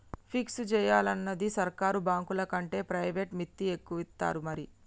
fix జేయాలనుందా, సర్కారు బాంకులకంటే ప్రైవేట్లనే మిత్తి ఎక్కువిత్తరు మరి